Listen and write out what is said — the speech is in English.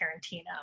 Tarantino